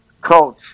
coach